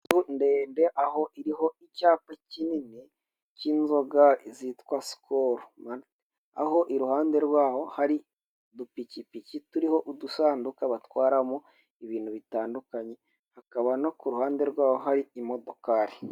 Inyubako ndende aho iriho icyapa kinini cy'inzoga zitwa Sikoro, aho iruhande rwaho hari udupikipiki turiho udusanduku batwaramo ibintu bitandukanye, hakaba no ku ruhande rw'aho hari imodokari.